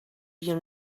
you